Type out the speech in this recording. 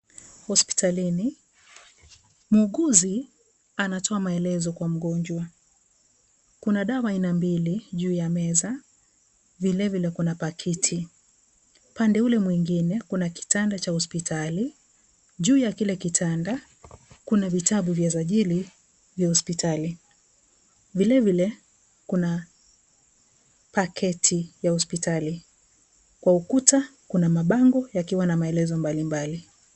Hospitalini , muuguzi anatoa maelezo kwa mgonjwa , kuna dawa aina mbili juu ya meza vilevile kuna pakiti , pande ule mwingine kuna kitanda cha hospitali , juu ya kile kitanda kuna vitabu vya sajili vya hospitali , vilevile kuna paketi ya hospitali , kwa ukuta kuna mabango yakiwa na maelezo mablimbali.